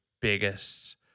biggest